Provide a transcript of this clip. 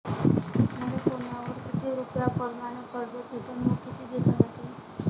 मले सोन्यावर किती रुपया परमाने कर्ज भेटन व किती दिसासाठी?